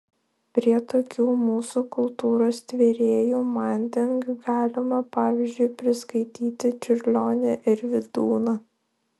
prie tokių mūsų kultūros tvėrėjų manding galima pavyzdžiui priskaityti čiurlionį ir vydūną